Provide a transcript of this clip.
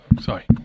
Sorry